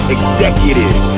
Executive